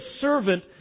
servant